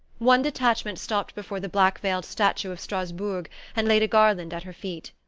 one detachment stopped before the black-veiled statue of strasbourg and laid a garland at her feet.